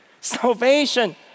Salvation